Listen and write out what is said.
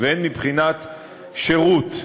והן מבחינת שירות.